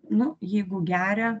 nu jeigu geria